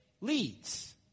leads